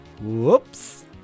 whoops